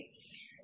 కాబట్టి i0 3 0